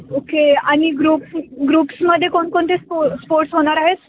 okay आणि groups ग्रुप्समध्ये कोणकोणते स्पो स्पोर्ट्स होणार आहेत